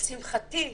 לשמחתי,